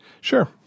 Sure